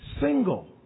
single